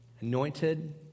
anointed